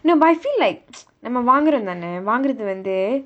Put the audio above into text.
no but I feel like நாம வாங்குறோம் தானே வாங்குறது வந்து:naama vaangurom thaanae vaangurathu vanthu